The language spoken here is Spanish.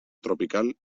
tropical